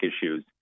issues